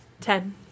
Ten